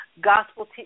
gospel